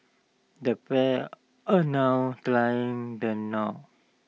the pair are now tying the knot